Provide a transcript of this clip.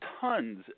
Tons